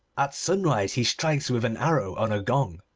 at sunrise he strikes with an arrow on a gong,